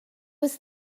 was